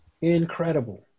incredible